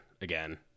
again